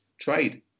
trade